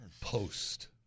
Post